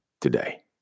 today